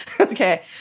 Okay